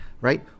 right